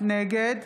נגד